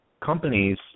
companies